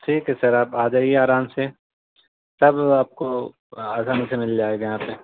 ٹھیک ہے سر آپ آ جائیے آرام سے سب آپ کو آسانی سے مل جائے گا یہاں پہ